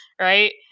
Right